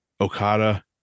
Okada